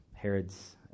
Herod's